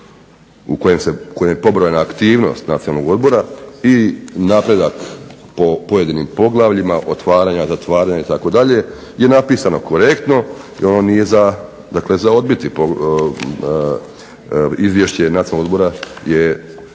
u kojem je pobrojana aktivnost Nacionalnog odbora i napredak po pojedinim poglavljima, otvaranja, zatvaranja itd., je napisano korektno i ono nije za odbiti. Izvješće Nacionalnog odbora